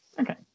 Okay